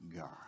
God